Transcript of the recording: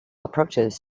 approaches